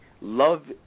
love